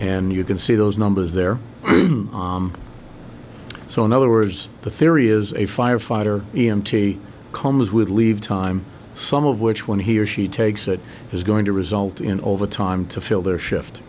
and you can see those numbers there so in other words the theory is a firefighter e m t comes with leave time some of which when he or she takes it is going to result in overtime to fill their shift